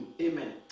amen